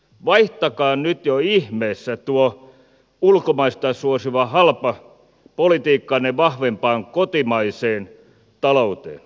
vaihtakaa nyt jo ihmeessä tuo ulkomaista suosiva halpa politiikkanne vahvempaan kotimaiseen talouteen